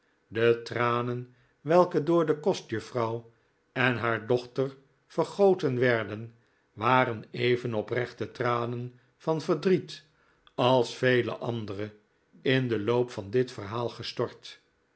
de tranen welke door de kostjuffrouw en haar dochter vergoten werden waren even oprechte tranen van verdriet als vele andere in den loop van dit verhaal gestort